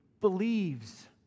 Believes